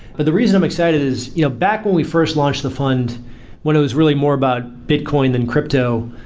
but the reason i'm excited is you know back when we first launched the fund when it was really more about bitcoin than crypto,